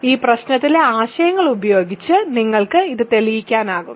ഈ പ്രശ്നത്തിലെ ആശയങ്ങൾ ഉപയോഗിച്ച് നിങ്ങൾക്ക് ഇത് തെളിയിക്കാനാകും